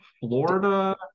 florida